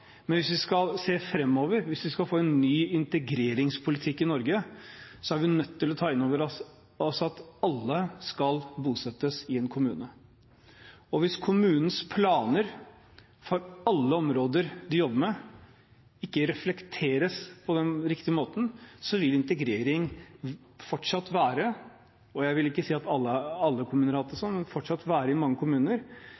Men hvis vi skal se framover, hvis vi skal få en ny integreringspolitikk i Norge, er vi nødt til å ta inn over oss at alle skal bosettes i en kommune. Hvis kommunens planer for alle områder de jobber med, ikke reflekterer dette på riktig måte, vil integrering – jeg vil ikke si det er slik i alle kommuner, men i mange – fortsatt være et stykke arbeid som skjer litt på siden av det